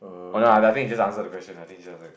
oh na I think you just answer the question I teach you outside